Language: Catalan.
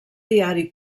diari